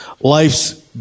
life's